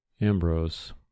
Ambrose